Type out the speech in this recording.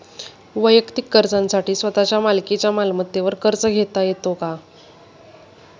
वैयक्तिक गरजांसाठी स्वतःच्या मालकीच्या मालमत्तेवर कर्ज घेता येतो का?